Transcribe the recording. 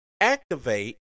activate